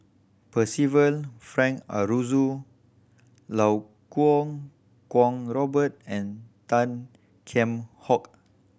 Percival Frank Aroozoo Iau Kuo Kwong Robert and Tan Kheam Hock